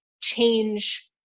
change